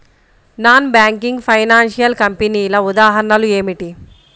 Non banking financial కంపెనీల ఉదాహరణలు ఏమిటి?